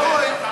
לא רואים.